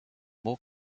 more